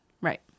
Right